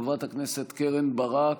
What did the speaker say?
חברת הכנסת קרן ברק,